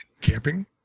Camping